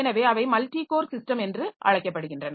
எனவே அவை multi core system என்று அழைக்கப்படுகின்றன